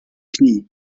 knie